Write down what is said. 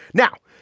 now,